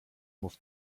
mów